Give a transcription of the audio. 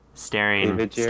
Staring